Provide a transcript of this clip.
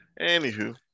Anywho